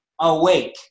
awake